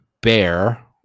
bear